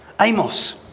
Amos